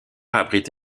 abrite